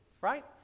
Right